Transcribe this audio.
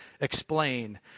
explain